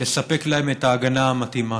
לספק את ההגנה המתאימה.